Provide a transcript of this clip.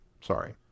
Sorry